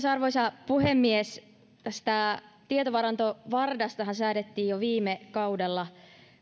arvoisa puhemies tästä tietovaranto vardastahan säädettiin jo viime kaudella